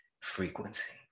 frequency